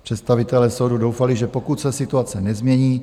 Představitelé soudů doufali, že pokud se situace nezmění...